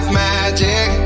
magic